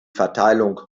verteilung